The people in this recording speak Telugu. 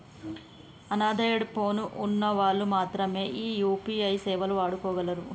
అన్ద్రాయిడ్ పోను ఉన్న వాళ్ళు మాత్రమె ఈ యూ.పీ.ఐ సేవలు వాడుకోగలరు